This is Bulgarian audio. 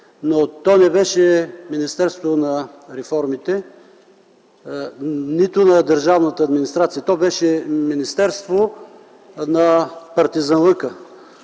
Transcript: но то не беше министерство на реформите, нито на държавната администрация, то беше „Министерство на партизанлъка”,